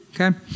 Okay